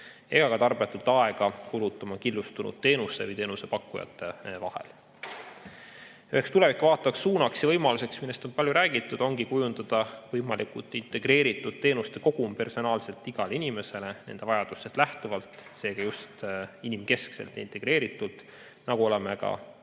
ega tarbetult aega kulutama killustunud teenuste või teenusepakkujate vahel. Üheks tulevikku vaatavaks suunaks ja võimaluseks, millest on palju räägitud, ongi kujundada võimalikult integreeritud teenuste kogum personaalselt igale inimesele nende vajadustest lähtuvalt, seega just inimkeskselt ja integreeritult, nagu oleme